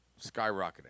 skyrocketing